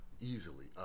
easily